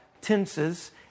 tenses